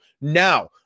Now